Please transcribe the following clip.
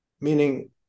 Meaning